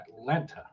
Atlanta